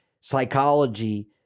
psychology